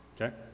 Okay